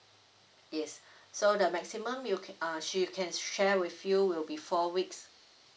yes so the maximum you can uh she can share with you will be four weeks